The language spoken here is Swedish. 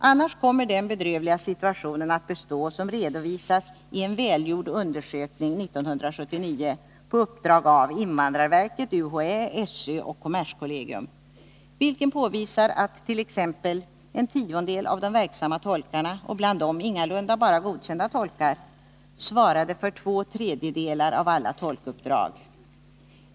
Annars kommer den bedrövliga situation att bestå, som redovisas i en välgjord undersökning 1979 på uppdrag av invandrarverket, UHÄ, SÖ och kommerskollegium, att t.ex. en tiondel av de verksamma tolkarna — och bland dem ingalunda bara godkända tolkar — svarade för två tredjedelar av alla tolkuppdrag.